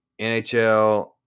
NHL